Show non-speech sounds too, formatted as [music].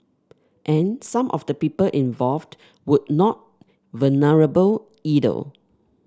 and some of the people involved would not vulnerable [unintelligible]